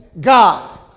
God